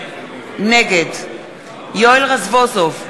נגד יואל רזבוזוב,